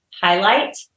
highlight